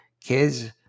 kids